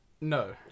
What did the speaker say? No